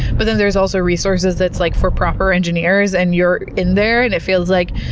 but then there's also resources that's, like, for proper engineers, and you're in there, and it feels like,